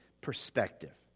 perspective